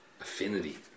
Affinity